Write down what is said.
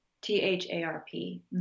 T-H-A-R-P